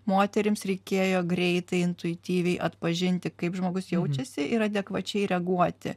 moterims reikėjo greitai intuityviai atpažinti kaip žmogus jaučiasi ir adekvačiai reaguoti